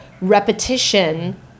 repetition